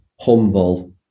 humble